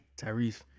Tyrese